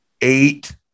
Eight